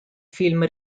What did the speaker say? film